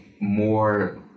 more